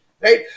Right